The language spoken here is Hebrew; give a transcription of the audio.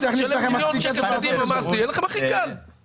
אם הוא פטור, למה אם